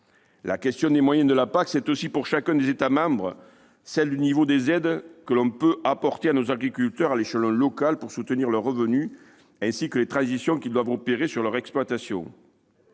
La question des moyens de la PAC est aussi pour chacun des États membres celle du niveau des aides que l'on peut apporter à nos agriculteurs à l'échelon local pour soutenir leurs revenus, ainsi que les transitions qu'ils doivent opérer sur leurs exploitations.